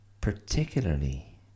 particularly